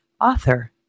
Author